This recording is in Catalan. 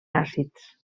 àcids